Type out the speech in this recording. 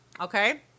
Okay